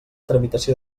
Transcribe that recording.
tramitació